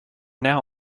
now